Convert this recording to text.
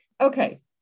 Okay